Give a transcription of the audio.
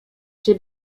czy